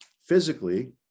physically